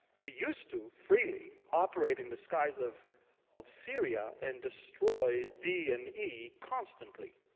we used to, freely, operate in the skies of of syria and destroy d and e, constantly.